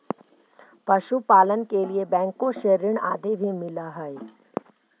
पशुपालन के लिए बैंकों से ऋण आदि भी मिलअ हई